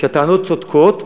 שהטענות צודקות.